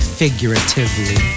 figuratively